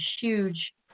huge